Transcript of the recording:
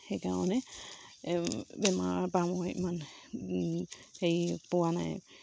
সেইকাৰণে এই বেমাৰৰপৰা মই ইমান হেৰি পোৱা নাই